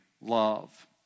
love